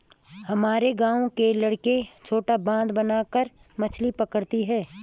हमारे गांव के लड़के छोटा बांध बनाकर मछली पकड़ते हैं